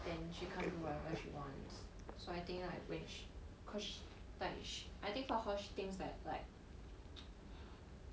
then she can't do whatever she wants so I think I wish cause like I just saw how she thinks that like